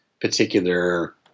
particular